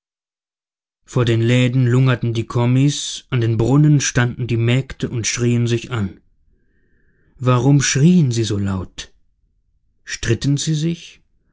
vor den läden lungerten die kommis an den brunnen standen die mägde und schrieen sich an warum schrieen sie so laut stritten sie sich